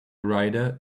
rider